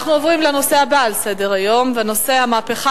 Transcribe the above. אנו עוברים לנושא הבא בסדר-היום: המהפכה